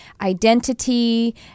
identity